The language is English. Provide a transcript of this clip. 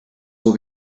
will